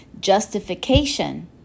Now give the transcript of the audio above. Justification